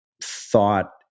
thought